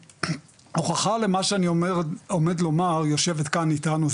ההוכחה למה שאני עומד לומר יושבת כאן איתנו,